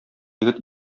егет